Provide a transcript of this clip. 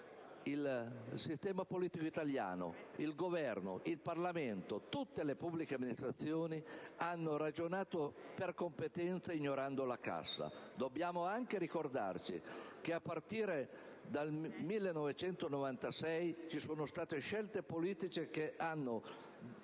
il sistema politico italiano, il Governo, il Parlamento e tutte le pubbliche amministrazioni hanno ragionato per competenza, ignorando la cassa. Dobbiamo altresì ricordarci che a partire dal 1996 alcune scelte politiche hanno